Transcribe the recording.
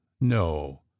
No